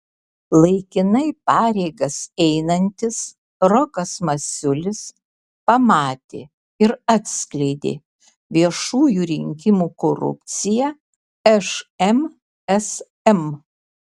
laikinai pareigas einantis rokas masiulis pamatė ir atskleidė viešųjų pirkimų korupciją šmsm